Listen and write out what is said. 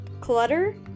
clutter